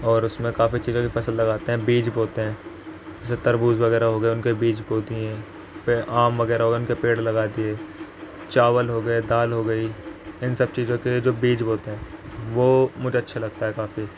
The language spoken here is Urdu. اور اس میں کافی چیزوں کی فصل لگاتے ہیں بیج بوتے ہیں جیسے تربوز وغیرہ ہو گئے ان کے بیج بو دیے آم وغیرہ ہو گیا ان کے پیڑ لگا دیے چاول ہو گئے دال ہو گئی ان سب چیزوں کے جو بیج بوتے ہیں وہ مجھے اچھا لگتا ہے کافی